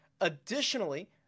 Additionally